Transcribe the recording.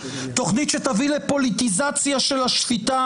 תכנית שתביא לפוליטיזציה של השפיטה